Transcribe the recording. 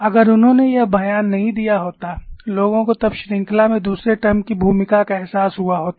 अगर उन्होंने वह बयान नहीं दिया होतालोगों को तब श्रृंखला में दूसरे टर्म की भूमिका का एहसास हुआ होता